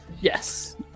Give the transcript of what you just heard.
Yes